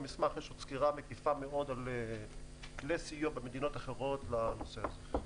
במסמך יש עוד סקירה מקיפה מאוד על כלי סיוע במדינות אחרות לנושא הזה.